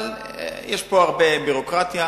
אבל יש פה הרבה ביורוקרטיה.